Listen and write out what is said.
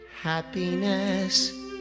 Happiness